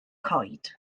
coed